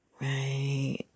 right